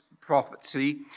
prophecy